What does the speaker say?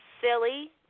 silly